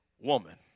woman